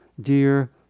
Dear